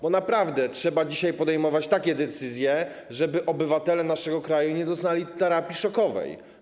Bo naprawdę trzeba dzisiaj podejmować takie decyzje, żeby obywatele naszego kraju nie doznali terapii szokowej.